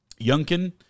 Youngkin